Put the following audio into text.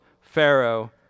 Pharaoh